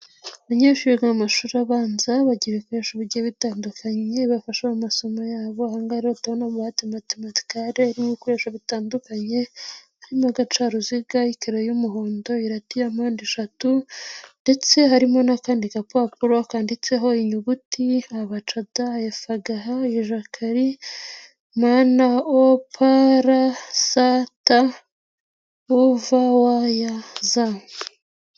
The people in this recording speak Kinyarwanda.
Abanyeshuri biga mu amashuri abanza bajyira ibikoresho bigiye bitandukanye bibafasha mu masomo yabo, ahangaha rero turabona buwate matematikare irimo ibikoresho bitandukanye, harimo agaca ruziga, ikereyo y'umuhondo, irati ya mpandeshatu ndetse harimo n'akandi kapapuro kanditseho inyugutia a, b,c,d, y, f,g,h, i,j,q,r ,m ,n,o ,p,s,t, w,v,w, y, z.